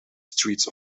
streets